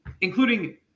Including